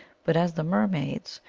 but as the mermaids,